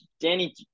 Danny